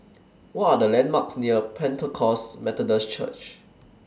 What Are The landmarks near Pentecost Methodist Church